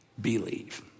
believe